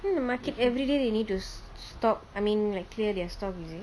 then the market everyday they need to stock I mean like clear their stock is it